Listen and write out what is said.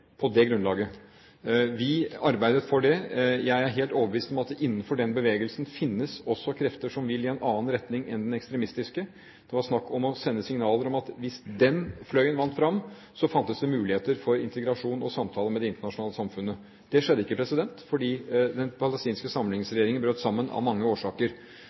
på det grunnlaget. Vi arbeidet for det. Jeg er helt overbevist om at det innenfor den bevegelsen også finnes krefter som vil i en annen retning enn den ekstremistiske. Det var snakk om å sende signaler om at hvis den fløyen vant fram, så fantes det muligheter for integrasjon og samtaler med det internasjonale samfunnet. Det skjedde ikke, fordi den palestinske samlingsregjeringen, av mange årsaker,